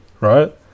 right